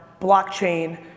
blockchain